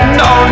no